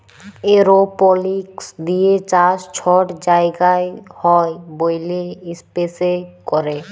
এরওপলিক্স দিঁয়ে চাষ ছট জায়গায় হ্যয় ব্যইলে ইস্পেসে ক্যরে